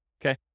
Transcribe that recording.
Okay